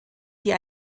die